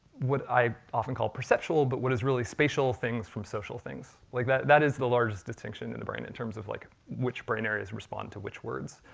what i often call perceptual, but what is really spatial things from social things. like that that is the largest distinction in the brain, in terms of like, which brain areas respond to which words.